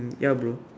ya bro